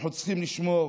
אנחנו צריכים לשמור